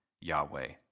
Yahweh